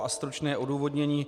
A stručné odůvodnění.